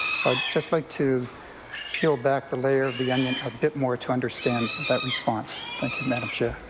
so just like to peel back the layer of the onion a bit more to understand that response. thank you, madam chair.